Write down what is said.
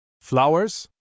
Flowers